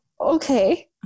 okay